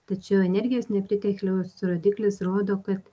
tačiau energijos nepritekliaus rodiklis rodo kad